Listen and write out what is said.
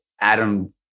Adam